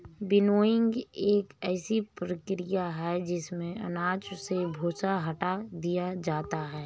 winnowing एक ऐसी प्रक्रिया है जिसमें अनाज से भूसा हटा दिया जाता है